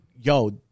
yo